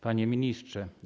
Panie Ministrze!